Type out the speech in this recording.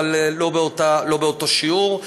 אבל לא באותו שיעור.